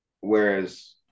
Whereas